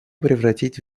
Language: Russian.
превратить